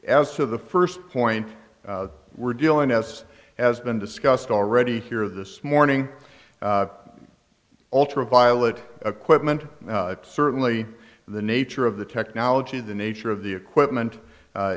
as to the first point we're dealing as has been discussed already here this morning ultraviolet equipment certainly the nature of the technology the nature of the equipment